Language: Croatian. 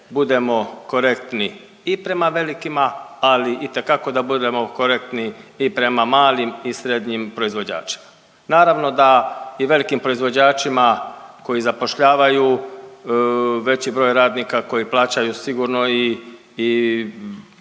budemo korektni i prema velikima ali itekako da budemo korektni i prema malim i srednjim proizvođačima. Naravno da i velikim proizvođačima koji zapošljavaju veći broj radnika, koji plaćaju sigurno i,